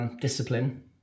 discipline